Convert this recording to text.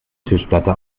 tischplatte